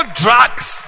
drugs